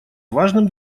важным